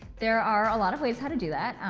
there are a lot of ways how to do that.